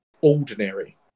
ordinary